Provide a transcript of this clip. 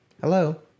Hello